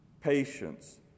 patience